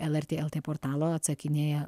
lrt lt portalo atsakinėja